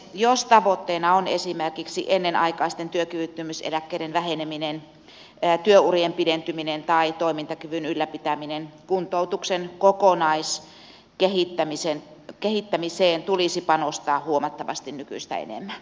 jos tavoitteena on esimerkiksi ennenaikaisten työkyvyttömyyseläkkeiden väheneminen työurien pidentyminen tai toimintakyvyn ylläpitäminen kuntoutuksen kokonaiskehittämiseen tulisi panostaa huomattavasti nykyistä enemmän